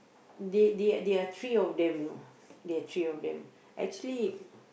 they they they are three of them you know there are three of them actually